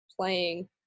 Playing